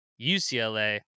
UCLA